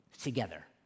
together